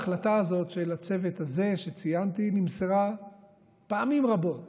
ההחלטה הזאת של הצוות הזה שציינתי נמסרה פעמים רבות